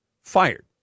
fired